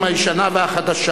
ירושלים, הישנה והחדשה,